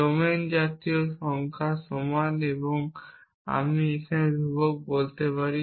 domain জাতীয় সংখ্যার সমান এবং আমি আমার ধ্রুবক বলতে পারি